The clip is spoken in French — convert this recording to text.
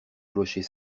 clocher